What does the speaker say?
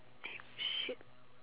link sheet